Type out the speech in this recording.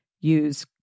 Use